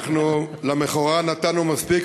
אנחנו למכורה נתנו מספיק,